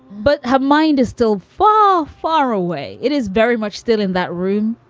but her mind is still far, far away. it is very much still in that room,